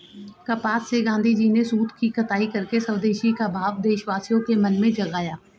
कपास से गाँधीजी ने सूत की कताई करके स्वदेशी का भाव देशवासियों के मन में जगाया